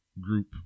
group